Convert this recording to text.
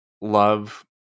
love